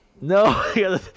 No